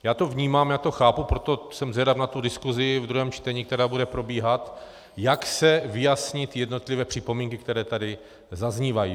Já to vnímám, já to chápu, proto jsem zvědav na diskusi ve druhém čtení, která bude probíhat, jak se vyjasní jednotlivé připomínky, které tady zaznívají.